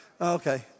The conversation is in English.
Okay